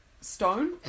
stone